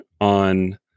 on